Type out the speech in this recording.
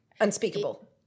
Unspeakable